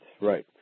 right